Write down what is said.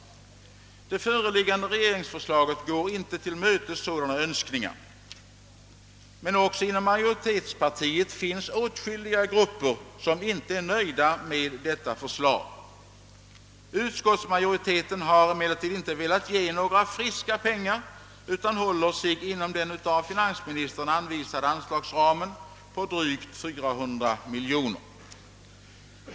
Det föreliggande regeringsförslaget tillmötesgår inte sådana önskningar. Men också inom majoritetspartiet finns åtskilliga grupper som inte är nöjda med detta förslag. Utskottsmaåjoriteten har emellertid inte velat ge några »friska» pengar utan håller sig inom den av finansministern anvisade anslagsramen på drygt 400 miljoner.